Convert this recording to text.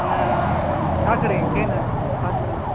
અને કાકડી કેને પાંચ કિલો